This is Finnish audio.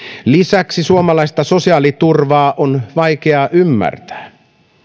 lisäksi suomalaista sosiaaliturvaa on vaikea ymmärtää